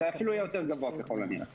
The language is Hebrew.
זה אפילו יהיה יותר גבוה ככל הנראה.